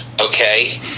Okay